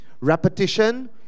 repetition